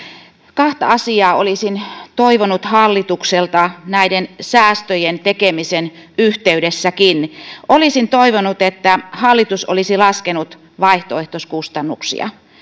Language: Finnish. kahta asiaa olisin toivonut hallitukselta näiden säästöjen tekemisen yhteydessäkin olisin toivonut että hallitus olisi laskenut vaihtoehtoiskustannuksia